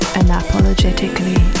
unapologetically